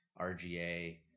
RGA